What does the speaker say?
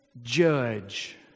judge